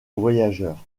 voyageur